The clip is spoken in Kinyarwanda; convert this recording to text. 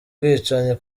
bwicanyi